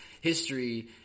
history